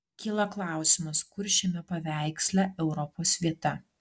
kyla klausimas kur šiame paveiksle europos vieta